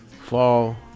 fall